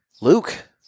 Luke